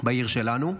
בעיר שלנו,